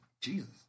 Jesus